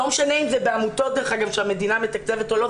ולא משנה אם זה בעמותות שהמדינה מתקצבת או לא,